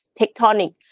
tectonic